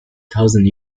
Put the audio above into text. thousand